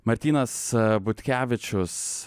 martynas butkevičius